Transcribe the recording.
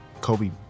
Kobe